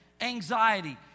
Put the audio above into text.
anxiety